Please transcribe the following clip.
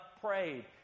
prayed